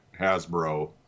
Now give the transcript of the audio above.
Hasbro